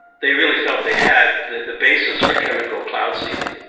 they really felt they had the the basis for chemical cloud seeding